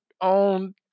on